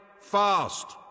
fast